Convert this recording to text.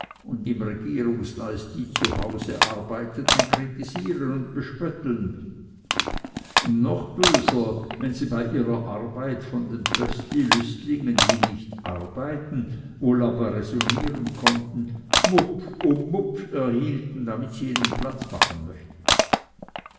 und im regierungsleist die zu hause arbeitenden kritisieren und bespötteln und noch böser wenn sie bei ihrer arbeit von den pöstli lüstlingen die nicht arbeiten wohl aber räsonnieren konnten mupf um mupf erhielten damit sie ihnen platz machen möchten